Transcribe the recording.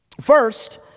First